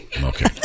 Okay